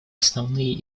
основные